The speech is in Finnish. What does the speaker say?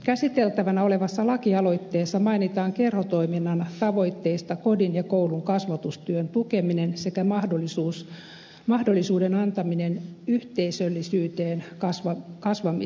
käsiteltävänä olevassa lakialoitteessa mainitaan kerhotoiminnan tavoitteista kodin ja koulun kasvatustyön tukeminen sekä mahdollisuuden antaminen yhteisöllisyyteen kasvamiseen